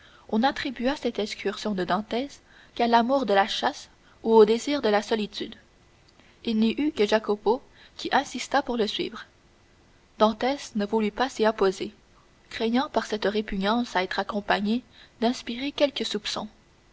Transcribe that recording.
on n'attribua cette excursion de dantès qu'à l'amour de la chasse ou au désir de la solitude il n'y eut que jacopo qui insista pour le suivre dantès ne voulut pas s'y opposer craignant par cette répugnance à être accompagné d'inspirer quelques soupçons